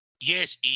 yes